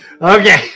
Okay